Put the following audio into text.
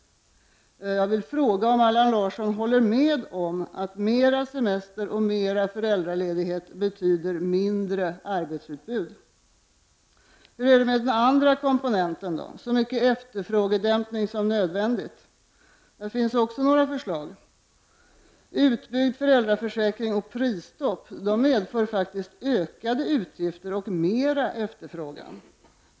Jag vill fråga Allan Larsson om han håller med om att mer semester och mer föräldraledighet betyder mindre arbetsutbud. Hur är det med den andra komponenten då ning som nödvändig! å här ser de viktigaste förslagen ut: Utbyggd föräldraförsäkring och prisstopp medför faktiskt ökade utgifter och mer efterfrågan.